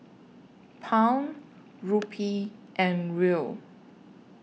Pound Rupee and Riel